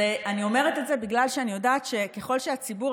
אני אומרת את זה בגלל שאני יודעת שככל שהציבור,